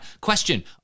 Question